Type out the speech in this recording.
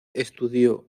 estudió